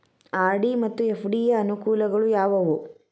RD ಮತ್ತು FD ಯ ಅನುಕೂಲಗಳು ಯಾವವು?